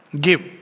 Give